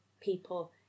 people